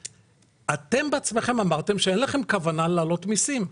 אתם בעצמכם אמרתם שאין לכם כוונה להעלות מיסים.